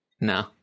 No